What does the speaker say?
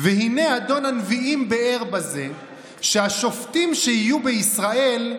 "והינה אדון הנביאים ביאר בזה שהשופטים שיהיו בישראל,